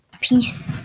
Peace